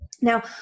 Now